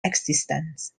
existence